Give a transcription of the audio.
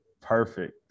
perfect